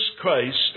Christ